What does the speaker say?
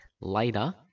later